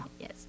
Yes